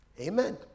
Amen